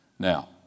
Now